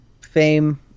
fame